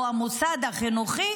או המוסד החינוכי